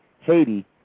Haiti